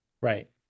Right